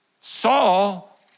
Saul